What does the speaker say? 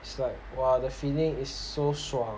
it's like !wah! the feeling is so 爽